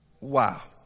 Wow